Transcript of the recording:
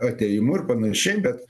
atėjimu ir panašiai bet